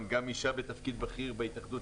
זה חשוב שישנה אישה בתפקיד בכיר בהתאחדות,